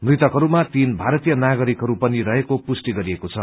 मृतकहरूमा तीन भारतीय नागरिकहरू पनि रहेको पुष्टि गरिएको छ